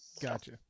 Gotcha